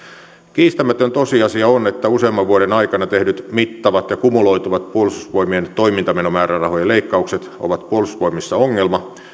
kiistämätön tosiasia on että useamman vuoden aikana tehdyt mittavat ja kumuloituvat puolustusvoimien toimintamenomäärärahojen leikkaukset ovat puolustusvoimissa ongelma